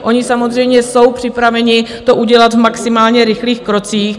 Oni samozřejmě jsou připraveni to udělat v maximálně rychlých krocích.